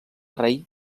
rei